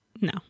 No